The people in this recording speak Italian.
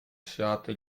siate